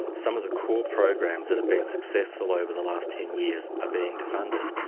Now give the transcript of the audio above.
some of the core programs that have been successful over the last ten years are being defunded.